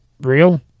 real